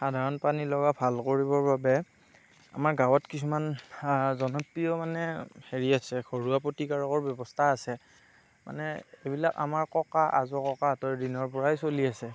সাধাৰণ পানীলগা ভাল কৰিবৰ বাবে আমাৰ গাঁৱত কিছুমান জনপ্ৰিয় মানে হেৰি আছে ঘৰুৱা প্ৰতিকাৰকৰ ব্যৱস্থা আছে মানে এইবিলাক আমাৰ ককা আজোককাহঁতৰ দিনৰ পৰাই চলি আছে